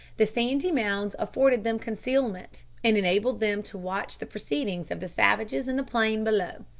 the sandy mounds afforded them concealment, and enabled them to watch the proceedings of the savages in the plain below.